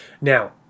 Now